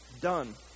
Done